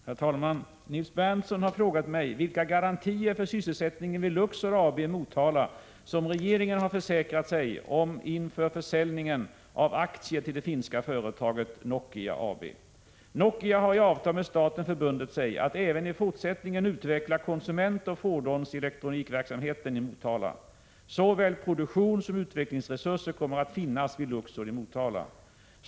Herr talman! Nils Berndtson har frågat mig vilka garantier för sysselsättningen vid Luxor AB i Motala som regeringen har försäkrat sig om inför försäljningen av aktier till det finska företaget Nokia AB. Nokia har i avtal med staten förbundit sig att även i fortsättningen utveckla konsumentoch fordonselektronikverksamheterna i Motala. Såväl produktionssom utvecklingsresurser kommer att finnas vid Luxor i Motala.